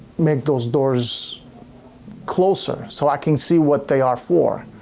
make, those doors closer so i can see what they are for